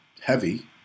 heavy